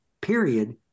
period